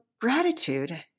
gratitude